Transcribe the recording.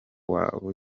wabo